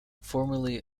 formerly